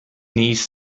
niece